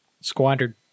Squandered